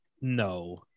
no